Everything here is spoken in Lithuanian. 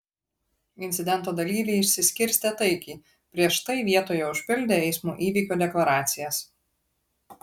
incidento dalyviai išsiskirstė taikiai prieš tai vietoje užpildę eismo įvykio deklaracijas